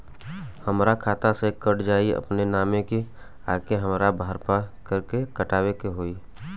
हमरा खाता से कट जायी अपने माने की आके हमरा फारम भर के कटवाए के होई?